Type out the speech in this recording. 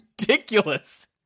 ridiculous